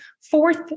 fourth